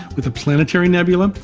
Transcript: with a planetary nebula,